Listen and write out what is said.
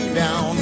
down